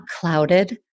clouded